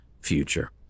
future